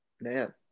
man